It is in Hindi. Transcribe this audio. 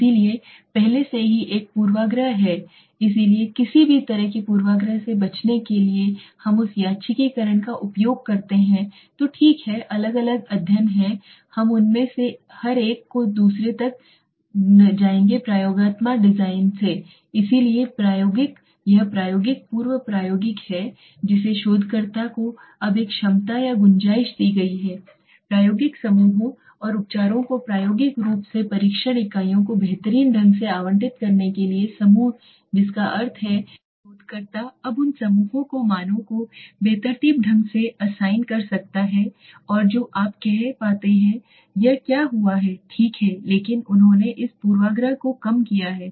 इसलिए पहले से ही एक पूर्वाग्रह है इसलिए किसी भी तरह के पूर्वाग्रह से बचने के लिए हम उस यादृच्छिककरण का उपयोग करते हैं तो ठीक है अलग अलग अध्ययन हैं हम उनमें से हर एक को दूसरे पर जाएंगे प्रयोगात्मक डिजाइन हैं इसलिए प्रायोगिक यह प्रायोगिक पूर्व प्रायोगिक है जिसे शोधकर्ता को अब एक क्षमता या गुंजाइश दी गई है प्रायोगिक समूहों और उपचारों को प्रायोगिक रूप से परीक्षण इकाइयों को बेतरतीब ढंग से आवंटित करने के लिए समूह जिसका अर्थ है कि शोधकर्ता अब उन समूहों के मानों को बेतरतीब ढंग से असाइन कर सकता है जो आप हैं उन्हें पता है कि यह क्या हुआ है ठीक है लेकिन उन्होंने इस पूर्वाग्रह को कम किया है